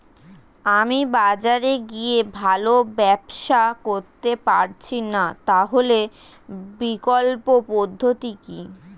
আমি বাজারে গিয়ে ভালো ব্যবসা করতে পারছি না তাহলে বিকল্প পদ্ধতি কি?